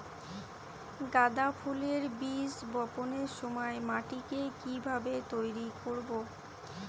গাদা ফুলের বীজ বপনের সময় মাটিকে কিভাবে তৈরি করব?